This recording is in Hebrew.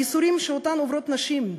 הייסורים שעוברות נשים,